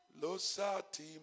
losati